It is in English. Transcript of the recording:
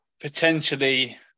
potentially